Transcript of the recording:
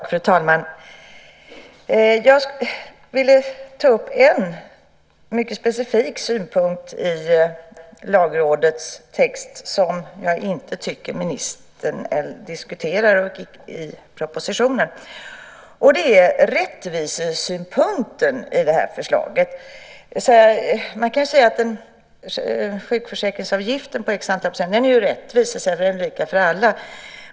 Fru talman! Jag vill ta upp en mycket specifik synpunkt i Lagrådets text som jag inte tycker att ministern diskuterar i propositionen. Det är rättvisesynpunkten i förslaget. Sjukförsäkringsavgiften på x antal procent är rättvis och lika för alla.